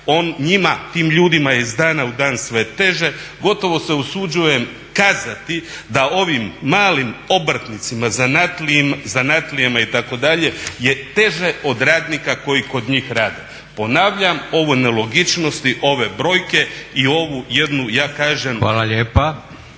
njima tim ljudima je iz dana u dan sve teže, gotovo se usuđujem kazati da ovim malim obrtnicima, zanatlijama itd. je teže od radnika koji kod njih rade. Ponavljam, ove nelogičnosti, ove brojke i ovu jednu ja kažem **Leko,